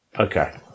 Okay